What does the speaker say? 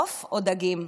עוף או דגים.